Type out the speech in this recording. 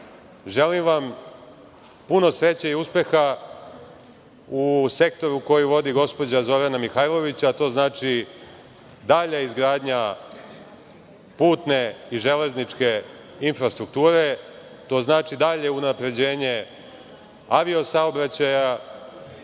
Želim vam puno sreće i uspeha u sektoru koji vodi gospođa Zorana Mihajlović, a to znači dalja izgradnja putne i železničke infrastrukture, to znači dalje unapređenje avio saobraćaja. Želim